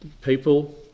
people